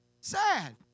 Sad